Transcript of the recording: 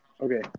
Okay